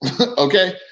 Okay